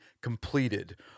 completed